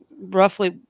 roughly